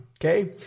Okay